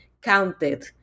counted